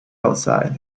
outside